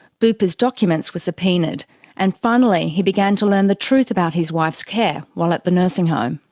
bupa's documents were subpoenaed and finally he began to learn the truth about his wife's care while at the nursing home.